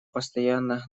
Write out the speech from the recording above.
постоянно